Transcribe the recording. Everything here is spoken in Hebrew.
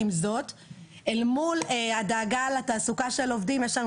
אל מול הדאגה לתעסוקת העובדים יש לנו